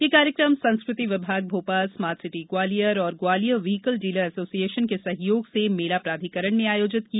यह कार्यक्रम संस्कृति विभाग भोपाल स्मार्ट सिटी ग्वालियर व ग्वालियर व्हीकल डीलर एसोसिएशन के सहयोग र्से मेला प्राधिकरण ने आयोजित किया